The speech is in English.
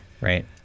right